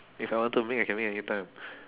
if I want to make I can make anytime